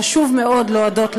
חשוב מאוד להודות,